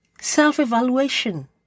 self-evaluation